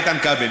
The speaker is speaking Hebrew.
איתן כבל,